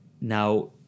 Now